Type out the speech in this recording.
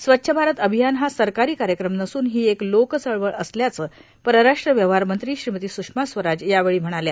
स्वच्छ भारत अभियान हा सरकारी कार्यक्रम नसून ही एक लोकचळवळ असल्यानं परराष्ट्र व्यवहार मंत्री श्रीमती सुषमा स्वराज यावेळी म्हणाल्या